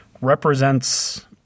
represents –